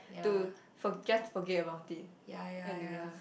to for just to forget about it and to just